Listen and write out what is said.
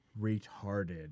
retarded